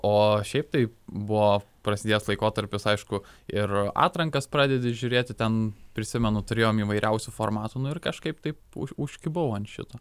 o šiaip tai buvo prasidėjęs laikotarpis aišku ir atrankas pradedi žiūrėti ten prisimenu turėjom įvairiausių formatų nu ir kažkaip taip užkibau ant šito